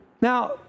Now